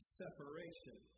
separation